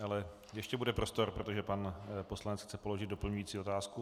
Ale ještě bude prostor, protože pan poslanec chce položit doplňující otázku.